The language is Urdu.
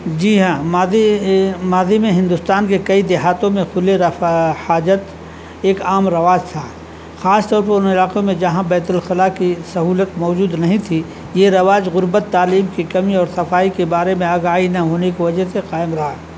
جی ہاں ماضی ماضی میں ہندوستان کے کئی دیہاتوں میں کھلے رفع حاجت ایک عام رواج تھا خاص طور پر ان علاقوں میں جہاں بیت الخلاء کی سہولت موجود نہیں تھی یہ رواج غربت تعلیم کی کمی اور صفائی کے بارے میں آگاہی نہ ہونے کی وجہ سے قائم رہا